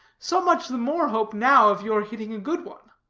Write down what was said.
so much the more hope now of your hitting a good one.